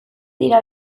dira